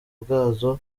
bwazo